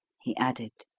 he added.